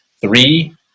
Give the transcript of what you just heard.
three